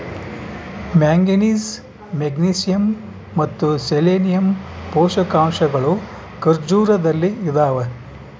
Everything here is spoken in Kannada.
ಮ್ಯಾಂಗನೀಸ್ ಮೆಗ್ನೀಸಿಯಮ್ ಮತ್ತು ಸೆಲೆನಿಯಮ್ ಪೋಷಕಾಂಶಗಳು ಖರ್ಜೂರದಲ್ಲಿ ಇದಾವ